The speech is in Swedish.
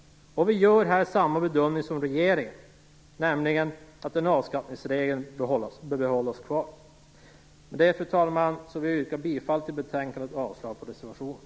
Här gör vi samma bedömning som regeringen, nämligen att avskattningsregeln bör bibehållas. Med detta, fru talman, vill jag yrka bifall till utskottets hemställan i betänkandet och avslag på reservationerna.